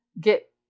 get